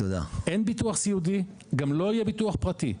אין ביטוח סיעודי גם לא יהיה ביטוח פרטי.